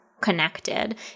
connected